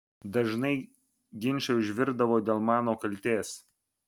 dažnai ginčai užvirdavo dėl mano kaltės